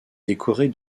décorée